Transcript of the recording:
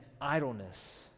idleness